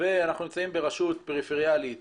ואנחנו נמצאים ברשות פריפריאלית